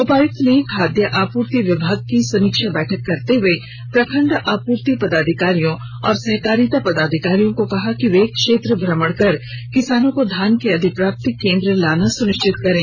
उपायक्त ने खाद्य आपूर्ति विभाग की समीक्षा बैठक करते हुए प्रखंड आपूर्ति पदाधिकारियों और सहकारिता पदाधिकारियों को कहा कि वे क्षेत्र भ्रमण कर किसानों को धान के अधिप्राप्ति केंद्र लाना सुनिश्चित करें